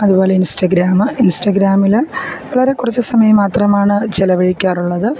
അതുപോലെ തന്നെ ഇൻസ്റ്റാഗ്രാം ഇൻസ്റ്റാഗ്രാമിൽ വളരെ കുറച്ചു സമയം മാത്രമാണ് ചിലവഴിക്കാറുള്ളത്